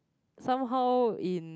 somehow in